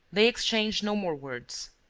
they exchanged no more words.